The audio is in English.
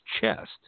chest